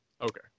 Okay